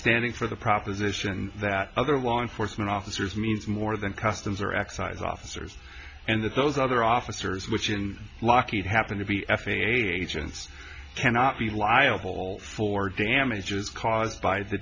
standing for the proposition that other law enforcement officers means more than customs or excise officers and that those other officers which in lockheed happen to be f a a agents cannot be liable for damages caused by the